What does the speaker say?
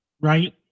right